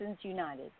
United